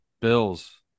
Bills